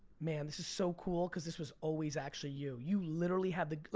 man, this is so cool cause this was always actually you. you literally have the,